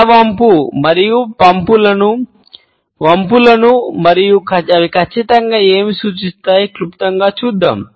తల వంపు మరియు అవి ఖచ్చితంగా ఏమి సూచిస్తాయి క్లుప్తంగా చూద్దాం